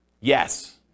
Yes